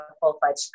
full-fledged